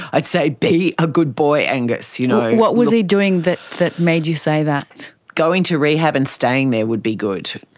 i'd say, be a good boy, angus you know? what was he doing that that made you say that? going to rehab and staying there would be good.